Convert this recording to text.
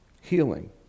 healing